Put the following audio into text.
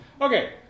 Okay